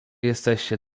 jesteście